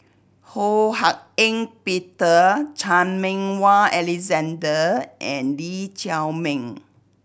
Ho Hak Ean Peter Chan Meng Wah Alexander and Lee Chiaw Meng